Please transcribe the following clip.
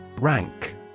Rank